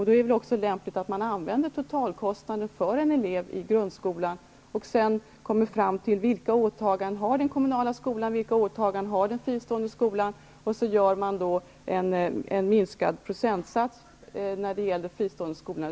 Då är det också lämpligt att använda totalkostnaden för en elev i grundskolan och sedan komma fram till vilka åtaganden den kommunala skolan har, vilka åtaganden den fristående skolan har och så göra en minskad procentsats när det gäller den fristående skolan.